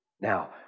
Now